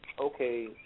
okay